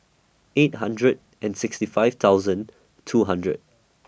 eight hundred and sixty five thousand two hundred